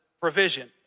provision